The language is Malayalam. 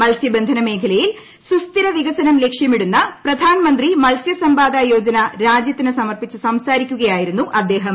മത്സ്യബന്ധന മേഖലയിൽ സുസ്ഥിര വികസനം ലക്ഷ്യമിടുന്ന പ്രധാനമന്ത്രി മത്സ്യ സമ്പാദ യോജന രാജ്യത്തിന് സമർപ്പിച്ച് സംസാരിക്കുകയായിരുന്നു അദ്ദേഹം